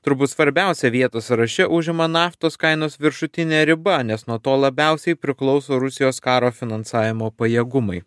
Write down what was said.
turbūt svarbiausią vietą sąraše užima naftos kainos viršutinė riba nes nuo to labiausiai priklauso rusijos karo finansavimo pajėgumai